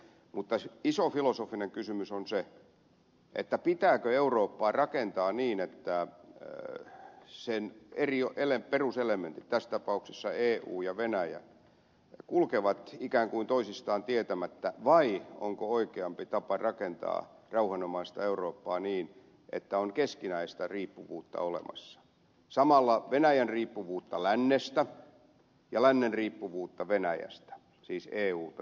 mutta iso filosofinen kysymys on se pitääkö eurooppaa rakentaa niin että sen eri peruselementit tässä tapauksessa eu ja venäjä kulkevat ikään kuin toisistaan tietämättä vai onko oikeampi tapa rakentaa rauhanomaista eurooppaa niin että on keskinäistä riippuvuutta olemassa samalla venäjän riippuvuutta lännestä ja lännen riippuvuutta venäjästä siis euta tarkoitan